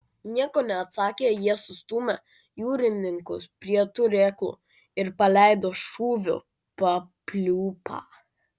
nieko neatsakę jie sustūmę jūrininkus prie turėklų ir paleido šūvių papliūpą